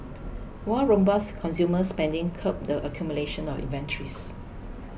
while robust consumer spending curbed the accumulation of inventories